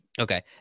Okay